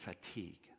fatigue